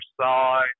side